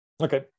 Okay